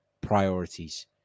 priorities